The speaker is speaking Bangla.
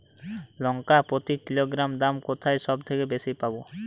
লঙ্কা প্রতি কিলোগ্রামে দাম কোথায় সব থেকে বেশি পাব?